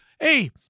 Hey